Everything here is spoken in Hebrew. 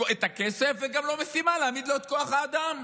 הכסף וגם משימה להעמיד לו את כוח האדם,